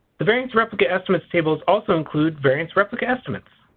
the variance replicate estimates tables also include variance replicate estimates.